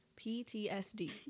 PTSD